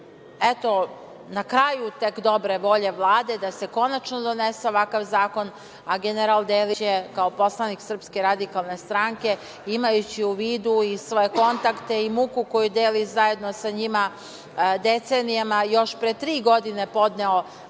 eto, na kraju tek dobre volje Vlade da se konačno donese ovakav zakon, a general Delić je kao poslanik SRS, imajući u vidu i svoje kontakte i muku koju deli zajedno sa njima, decenijama još pre tri godine podneo